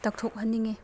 ꯇꯧꯊꯣꯛꯍꯟꯅꯤꯡꯉꯦ